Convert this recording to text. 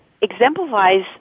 exemplifies